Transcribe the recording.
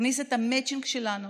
נכניס את המצ'ינג שלנו